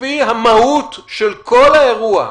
לפי המהות של כל האירוע,